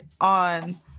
on